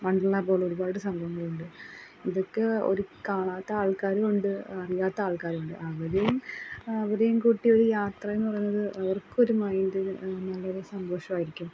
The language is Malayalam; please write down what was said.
വണ്ടർലാ പോലൊരുപാട് സംഭവങ്ങളുണ്ട് ഇതക്കെ ഒരു കാണാത്ത ആൾക്കാരുമുണ്ട് അറിയാത്ത ആൾക്കാരുമുണ്ട് അവരേം അവരേങ്കൂട്ടിയൊരു യാത്രാന്ന് പറയുന്നത് അവർക്കൊരു മൈൻറ്റിന് നല്ലൊരു സന്തോഷവായിരിക്കും